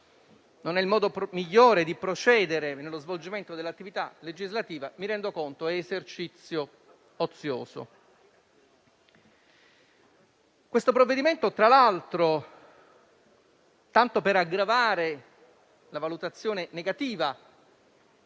non è il modo migliore di procedere nello svolgimento dell'attività legislativa - mi rendo conto - è esercizio ozioso. Il provvedimento in esame, tra l'altro, tanto per aggravare la valutazione negativa